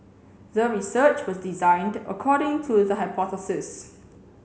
the research was designed according to the hypothesis